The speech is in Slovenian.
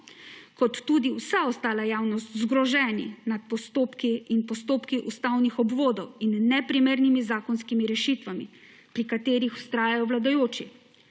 kot tudi vsa ostala javnost zgroženi nad postopki in postopki ustavnih obvodov in neprimernimi zakonskimi rešitvami, pri katerih vztrajajo vladajoči.